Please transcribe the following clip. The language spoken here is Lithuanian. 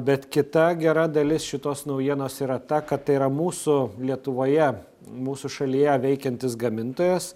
bet kita gera dalis šitos naujienos yra ta kad tai yra mūsų lietuvoje mūsų šalyje veikiantis gamintojas